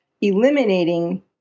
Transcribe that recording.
eliminating